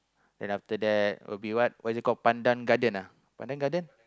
then after that would be what what is it called Pandan Garden ah Pandan Garden